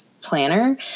planner